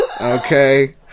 okay